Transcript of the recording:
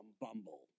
Bumble